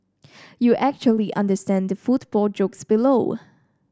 you actually understand the football jokes below